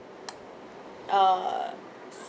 uh